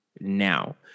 now